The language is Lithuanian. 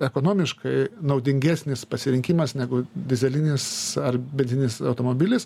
ekonomiškai naudingesnis pasirinkimas negu dyzelinis ar benzininis automobilis